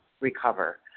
recover